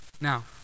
now